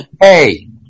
Hey